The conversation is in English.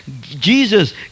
Jesus